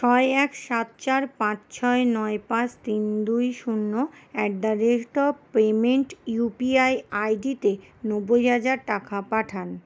ছয় এক সাত চার পাঁচ ছয় নয় পাঁচ তিন দুই শূন্য at the rate of payment U P I আইডিতে নব্বই হাজার টাকা পাঠান